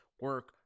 Work